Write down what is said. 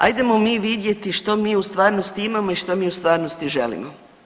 Ajdemo mi vidjeti što mi u stvarnosti imamo i što mi u stvarnosti želimo.